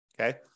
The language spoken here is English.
Okay